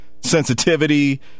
sensitivity